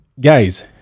Guys